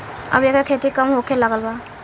अब एकर खेती कम होखे लागल बा